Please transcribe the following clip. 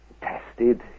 tested